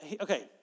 okay